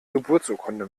geburtsurkunde